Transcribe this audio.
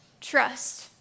trust